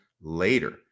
later